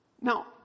Now